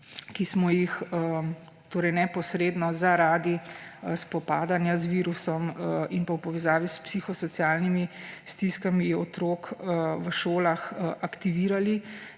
ki smo jih neposredno zaradi spopadanja z virusom in v povezavi s psihosocialnimi stiskami otrok v šolah aktivirali